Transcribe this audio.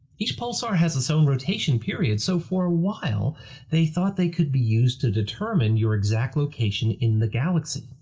each pulsar has its own rotation period, so for a while they thought they could be used to determine your exact location in the galaxy.